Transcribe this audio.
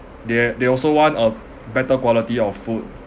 they they also want a b~ better quality of food